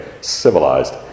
civilized